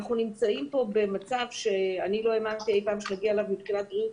אנחנו נמצאים פה במצב שלא האמנתי שנגיע אליו אי-פעם מבחינת בריאות